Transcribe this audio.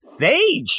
Phage